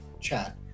chat